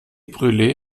brule